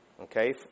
Okay